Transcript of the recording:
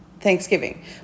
Thanksgiving